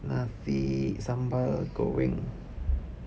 nasi sambal goreng